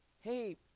Hey